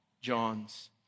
John's